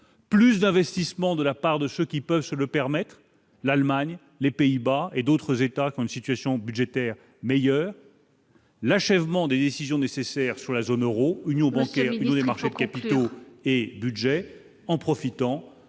plus d'investissement de la part de ceux qui peuvent se le permettre, l'Allemagne, les Pays-Bas et d'autres États qui ont une situation budgétaire meilleure. L'achèvement des décisions nécessaires sur la zone Euro, union bancaire nous des marchés de capitaux et budget en profitant